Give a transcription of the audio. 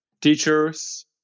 teachers